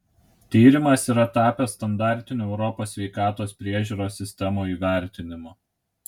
tyrimas yra tapęs standartiniu europos sveikatos priežiūros sistemų įvertinimu